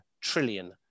trillion